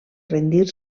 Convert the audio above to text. rendir